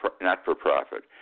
not-for-profit